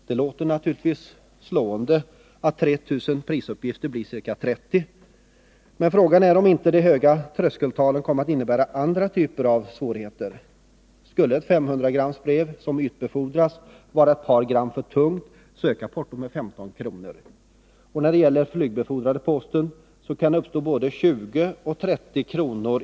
Det låter naturligtvis slående att 3 000 prisuppgifter blir ca 30, men frågan är om inte de höga tröskeltalen kommer att medföra andra typer av svårigheter. Skulle ett 500 grams brev som ytbefordras vara ett par gram för tungt ökar portot med 15 kr. Och när det gäller flygbefordrad post kan det bli både 20 och 30 kr.